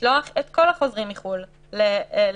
לשלוח את כל החוזרים מחו"ל למלונית,